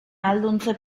ahalduntze